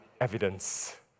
evidence